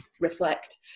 reflect